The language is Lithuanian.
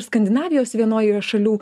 skandinavijos vienoj šalių